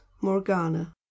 Morgana